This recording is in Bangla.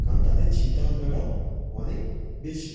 কারণ তাদের চিন্তা ভাবনাটাও অনেক বেশি